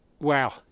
Wow